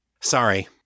Sorry